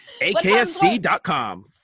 AKSC.com